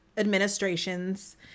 administration's